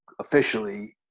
officially